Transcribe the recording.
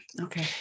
Okay